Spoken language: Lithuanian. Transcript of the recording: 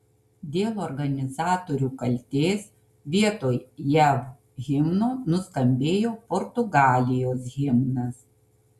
dėl organizatorių kaltės vietoj jav himno nuskambėjo portugalijos himnas